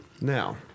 Now